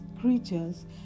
creatures